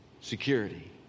security